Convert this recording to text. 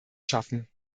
schaffen